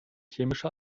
chemische